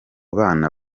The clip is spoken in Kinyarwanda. bana